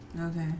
Okay